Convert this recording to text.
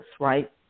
right